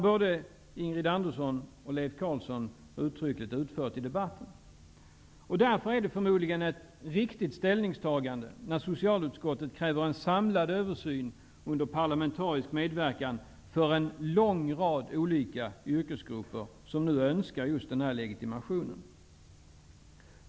Både Ingrid Andersson och Leif Carlson har utförligt gett uttryck för detta i debatten. Därför är det förmodligen ett riktigt ställningstagande som socialutskottet gör när det kräver en samlad översyn under parlamentarisk medverkan för en lång rad olika yrkesgrupper som önskar just den här legitimationen.